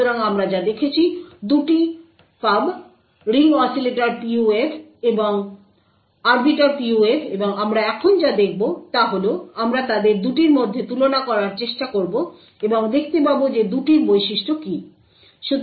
সুতরাং আমরা যা দেখেছি 2টি পাব রিং অসিলেটর PUF এবং আরবিটার PUF এবং আমরা এখন যা দেখব তা হল আমরা তাদের 2টির মধ্যে তুলনা করার চেষ্টা করব এবং দেখতে পাব যে দুটির বৈশিষ্ট্য কী